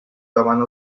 davant